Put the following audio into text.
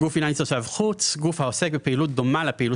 "גוף פיננסי תושב חוץ" גוף העוסק בפעילות דומה לפעילות